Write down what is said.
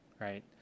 right